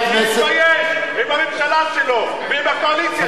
שיתבייש, ועם הממשלה שלו ועם הקואליציה שלו.